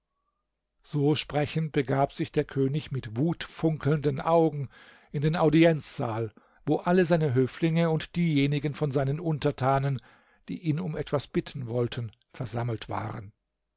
so sprechend begab sich der könig mit wutfunkelnden augen in den audienzsaal wo alle seine höflinge und diejenigen von seinen untertanen die ihn um etwas bitten wollten versammelt waren